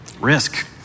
Risk